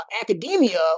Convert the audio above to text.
Academia